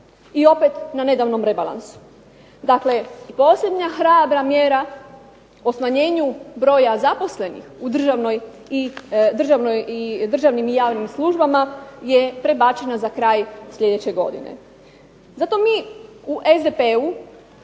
i opet na nedavnom rebalansu. Dakle, posljednja hrabra mjera o smanjenju broja zaposlenih u državnim i javnim službama je prebačena za kraj sljedeće godine. Zato mi u SDP-u